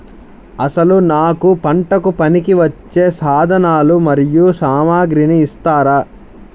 అసలు నాకు పంటకు పనికివచ్చే సాధనాలు మరియు సామగ్రిని ఇస్తారా?